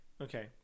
Okay